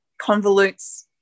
convolutes